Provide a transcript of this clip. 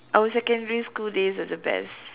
our secondary school days are the best